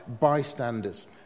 bystanders